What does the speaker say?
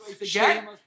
again